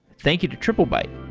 thank you to triplebyte